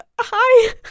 hi